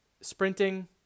sprinting